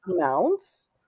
amounts